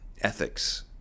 ethics